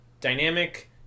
dynamic